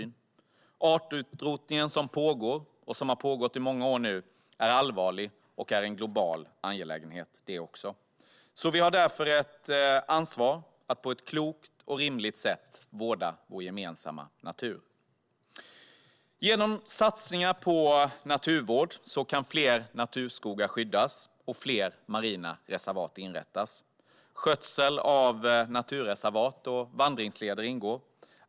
Den artutrotning som pågår, och som har pågått i många år nu, är allvarlig. Detta är också en global angelägenhet. Vi har därför ett ansvar att på ett klokt och rimligt sätt vårda vår gemensamma natur. Genom satsningar på naturvård kan fler naturskogar skyddas och fler marina reservat inrättas. Skötsel av naturreservat och vandringsleder ingår.